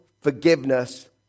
forgiveness